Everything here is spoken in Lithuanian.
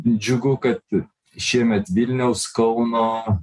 džiugu kad šiemet vilniaus kauno